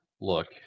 look